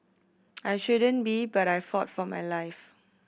I shouldn't be but I fought for my life